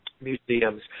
museums